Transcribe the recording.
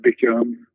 become